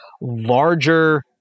larger